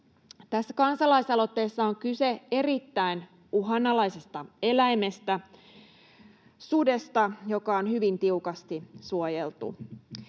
kansalaisaloitteessa on kyse erittäin uhanalaisesta eläimestä, sudesta, joka on hyvin tiukasti suojeltu.